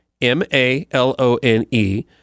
M-A-L-O-N-E